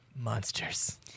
Monsters